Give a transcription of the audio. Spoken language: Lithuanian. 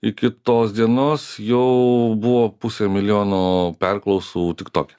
iki tos dienos jau buvo pusė milijono perklausų tik toke